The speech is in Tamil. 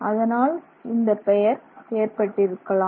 அதனால் இந்தப் பெயர் ஏற்பட்டிருக்கலாம்